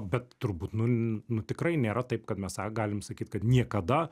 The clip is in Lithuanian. bet turbūt nu nu tikrai nėra taip kad mes tą galim sakyt kad niekada